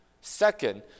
Second